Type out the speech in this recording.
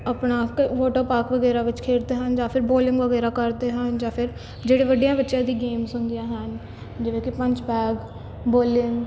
ਆਪਣਾ ਕ water park ਵਗੈਰਾ ਵਿੱਚ ਖੇਡਦੇ ਹਨ ਜਾਂ ਫਿਰ ਬੋਲਿੰਗ ਵਗੈਰਾ ਕਰਦੇ ਹਨ ਜਾਂ ਫਿਰ ਜਿਹੜੇ ਵੱਡਿਆਂ ਬੱਚਿਆਂ ਦੀ ਗੇਮਜ ਹੁੰਦੀਆਂ ਹਨ ਜਿਵੇਂ ਕਿ ਪੰਚ ਬੈਗ ਬੋਲਿੰਗ